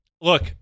Look